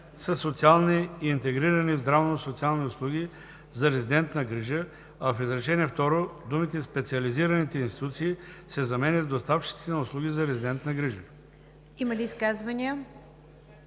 „социални и интегрирани здравно-социални услуги за резидентна грижа“, а в изречение второ думите „специализираните институции“ се заменят с „доставчиците на услугите за резидентна грижа“.“ ПРЕДСЕДАТЕЛ